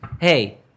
hey